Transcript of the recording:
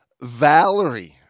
Valerie